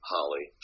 Holly